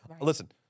Listen